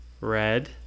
Red